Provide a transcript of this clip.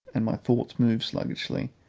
and my thoughts moved sluggishly,